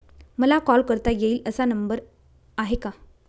मला कॉल करता येईल असा नंबर आहे का?